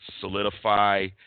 solidify